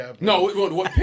No